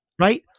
right